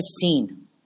seen